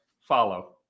follow